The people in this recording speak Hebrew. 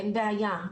אין בעיה.